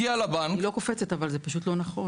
אני לא קופצת, אבל זה פשוט לא נכון.